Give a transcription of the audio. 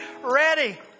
ready